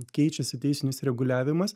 keičiasi teisinis reguliavimas